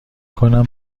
کنم